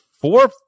four